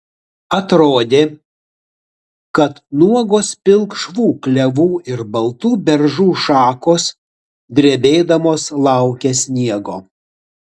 atrodė kad nuogos pilkšvų klevų ir baltų beržų šakos drebėdamos laukia sniego